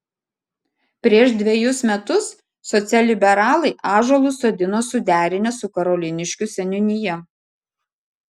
prieš dvejus metus socialliberalai ąžuolus sodino suderinę su karoliniškių seniūnija